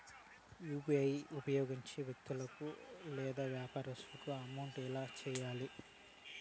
UPI ఉపయోగించి వ్యక్తులకు లేదా వ్యాపారస్తులకు అమౌంట్ ఎలా వెయ్యాలి